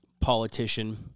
politician